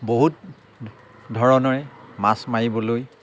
বহুত ধৰণৰে মাছ মাৰিবলৈ